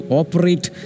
operate